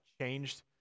changed